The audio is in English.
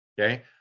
okay